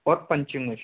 और punching machine